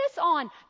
on